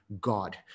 God